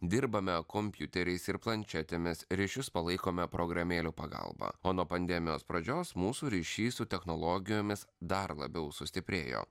dirbame kompiuteriais ir planšetėmis ryšius palaikome programėlių pagalba o nuo pandemijos pradžios mūsų ryšys su technologijomis dar labiau sustiprėjo